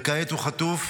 וכעת הוא חטוף.